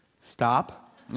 Stop